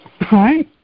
Hi